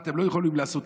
מה אתם לא יכולים לעשות,